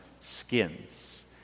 skins